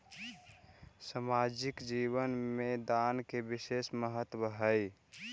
सामाजिक जीवन में दान के विशेष महत्व हई